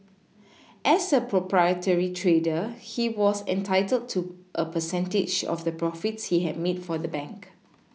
as a proprietary trader he was entitled to a percentage of the profits he had made for the bank